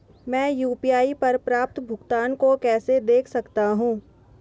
मैं यू.पी.आई पर प्राप्त भुगतान को कैसे देख सकता हूं?